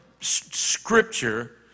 scripture